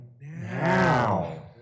now